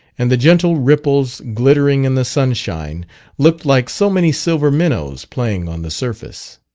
and the gentle ripples glittering in the sunshine looked like so many silver minnows playing on the surface.